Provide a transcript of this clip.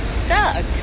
stuck